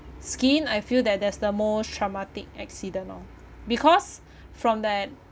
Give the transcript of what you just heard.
skin I feel that that's the most traumatic accident orh because from that